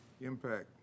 Impact